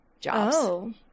jobs